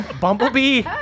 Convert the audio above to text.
Bumblebee